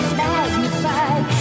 magnified